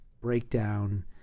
breakdown